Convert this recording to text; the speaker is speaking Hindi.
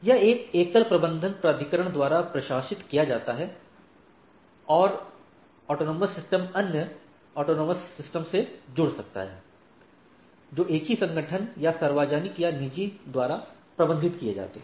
यह एक एकल प्रबंधन प्राधिकरण द्वारा प्रशासित किया जाता है और AS अन्य स्वायत्त प्रणालियों से जुड़ सकता है जो एक ही संगठन या सार्वजनिक या निजी द्वारा प्रबंधित किया जाता है